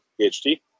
PhD